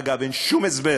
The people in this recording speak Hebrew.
אגב, אין שום הסבר